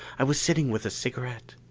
i was sitting with a cigarette.